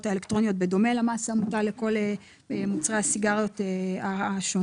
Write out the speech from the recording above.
האלקטרוניות בדומה למס המוטל על כל מוצרי הסיגריות השונים.